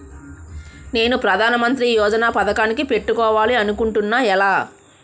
నేను ప్రధానమంత్రి యోజన పథకానికి పెట్టుకోవాలి అనుకుంటున్నా ఎలా?